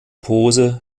pose